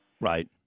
Right